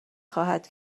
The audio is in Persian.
خواهد